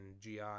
GI